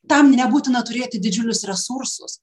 tam nebūtina turėti didžiulius resursus